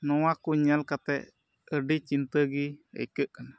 ᱱᱚᱣᱟ ᱠᱚ ᱧᱮᱞ ᱠᱟᱛᱮᱫ ᱟᱹᱰᱤ ᱪᱤᱱᱛᱟᱹᱜᱮ ᱟᱹᱭᱠᱟᱹᱜ ᱠᱟᱱᱟ